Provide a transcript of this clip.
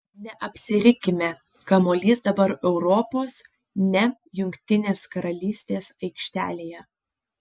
neapsirikime kamuolys dabar europos ne jungtinės karalystės aikštelėje